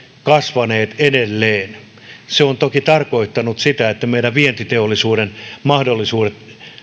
kasvaneet edelleen se on toki tarkoittanut sitä että meidän vientiteollisuutemme mahdollisuudet